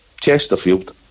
Chesterfield